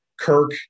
Kirk